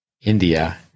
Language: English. India